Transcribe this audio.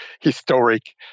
historic